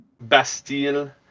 Bastille